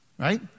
Right